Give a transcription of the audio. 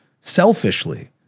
selfishly